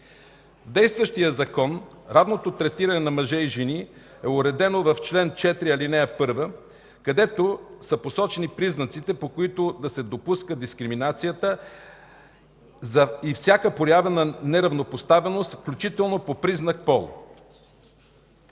В действащия закон равното третиране на мъже и жени е уредено в чл. 4, ал. 1, където са посочени признаците, по които да се допуска дискриминацията и всяка проява на неравнопоставеност, включително по признак „пол”.